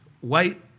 white